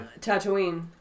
Tatooine